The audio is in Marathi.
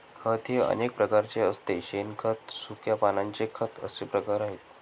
खत हे अनेक प्रकारचे असते शेणखत, सुक्या पानांचे खत असे प्रकार आहेत